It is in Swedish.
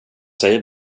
säger